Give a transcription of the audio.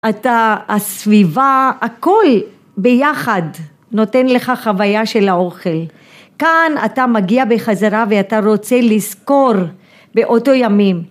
‫אתה, הסביבה, הכול ביחד ‫נותן לך חוויה של האוכל. ‫כאן אתה מגיע בחזרה ‫ואתה רוצה לזכור באותו ימים.